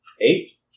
Eight